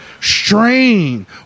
strain